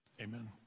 amen